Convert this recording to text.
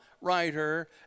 writer